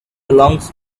belongs